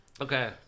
Okay